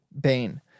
bane